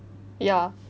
ya